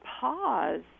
pause